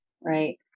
Right